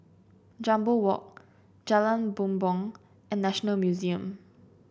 Jambol Walk Jalan Bumbong and National Museum